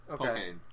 Okay